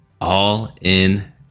All-In